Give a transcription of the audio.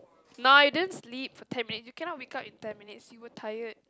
no you didn't sleep for ten minutes you cannot wake up in ten minutes you were tired